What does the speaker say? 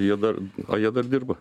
jie dar o jie dar dirba